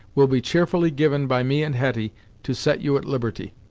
will be cheerfully given by me and hetty to set you at liberty.